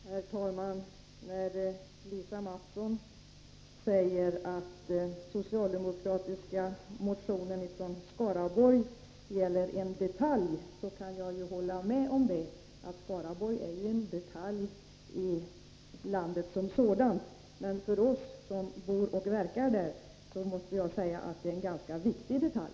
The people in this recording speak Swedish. Herr talman! När Lisa Mattson säger att den socialdemokratiska motionen från Skaraborg gäller en detalj, kan jag hålla med om detta. Skaraborg är ju en detalj i landet som helhet, men för oss som bor och verkar där är det en ganska viktig detalj.